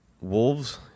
Wolves